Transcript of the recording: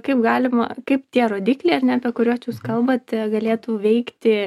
kaip galima kaip tie rodikliai ar ne apie kuriuos jūs kalbate galėtų veikti